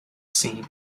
seen